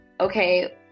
okay